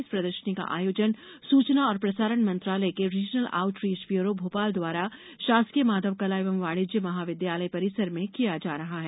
इस प्रदर्शनी का आयोजन सूचना और प्रसारण मंत्रालय के regional outreach bureau Bhopal द्वारा शासकीय माधव कला एवं वाणिज्य महाविद्यालय परिसर में किया जा रहा है